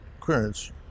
clearance